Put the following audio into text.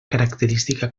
característica